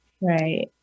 Right